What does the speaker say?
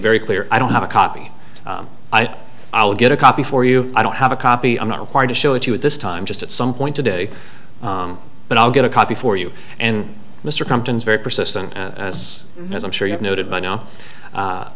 very clear i don't have a copy i'll i'll get a copy for you i don't have a copy i'm not required to show it to you at this time just at some point today but i'll get a copy for you and mr compton's very persistent us as i'm sure you have noted by now a